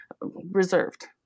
reserved